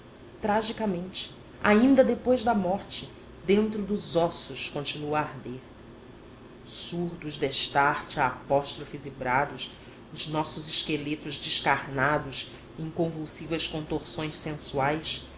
tragicamente ainda depois da morte dentro dos ossos continua a arder surdos destarte a apóstrofes e brados os nossos esqueletos descarnados em convulsivas contorções sensuais